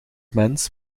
mens